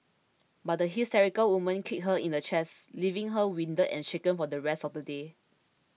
but the hysterical woman kicked her in the chest leaving her winded and shaken for the rest of the day